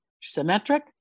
symmetric